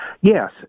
Yes